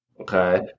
Okay